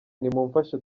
nimumfashe